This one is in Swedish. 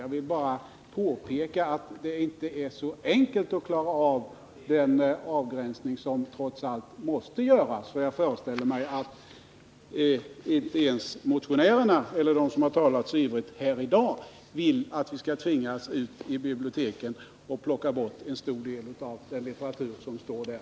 Jag vill bara påpeka att det inte är så enkelt att klara av den avgränsning som trots allt måste göras. Jag föreställer mig att inte ens motionärerna och Övriga som så ivrigt har talat mot våldspornografi av olika slag vill att biblioteken skall tvingas rensa bort en stor del av sin litteratur.